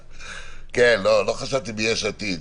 כן, לא חשבתי ביש עתיד.